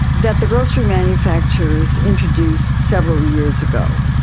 that the grocery manufacturers introduced several years ago.